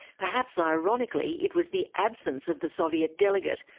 perhaps ironically it was the absence of the soviet delegate,